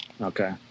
Okay